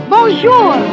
Bonjour